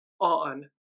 on